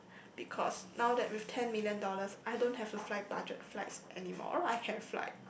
because now that with ten million dollars I don't have to fly budget flights anymore I have like